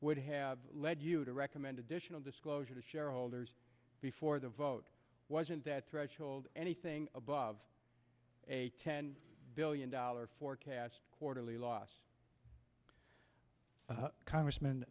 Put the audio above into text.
would have led you to recommend additional disclosure to shareholders before the vote wasn't that threshold anything above a ten billion dollar forecast quarterly loss congressm